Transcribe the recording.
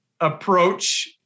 approach